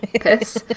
piss